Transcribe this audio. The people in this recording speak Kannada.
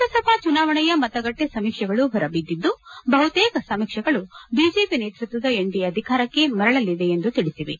ಲೋಕಸಭಾ ಚುನಾವಣೆಯ ಮತಗಟ್ಟೆ ಸಮೀಕ್ಷೆಗಳು ಹೊರ ಬಿದ್ದಿದ್ದು ಬಹುತೇಕ ಸಮೀಕ್ಷೆಗಳು ಬಿಜೆಪಿ ನೇತೃತ್ವದ ಎನ್ಡಿಎ ಅಧಿಕಾರಕ್ಕೆ ಮರಳಲಿದೆ ಎಂದು ತಿಳಿಸಿವೆ